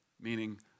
Meaning